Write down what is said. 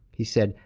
he said,